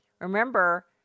Remember